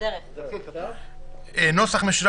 בוקר טוב, אנחנו פותחים את ישיבת הוועדה.